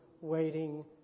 waiting